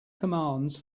commands